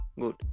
Good